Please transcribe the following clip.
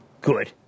Good